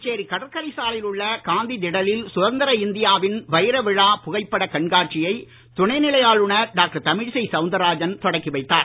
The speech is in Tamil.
புதுச்சேரி கடற்கரை சாலையில் உள்ள காந்தி திடலில் சுதந்திர இந்தியாவின் வைர விழா புகைப்படக் கண்காட்சியை துணைநிலை ஆளுநர் டாக்டர் தமிழிசை சவுந்தரராஜன் தொடக்கி வைத்தார்